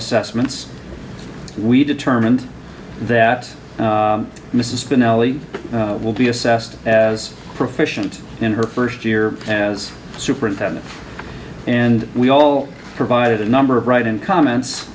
assessments we determined that mrs spinelli will be assessed as proficiency in her first year as superintendent and we all provided a number of write in comments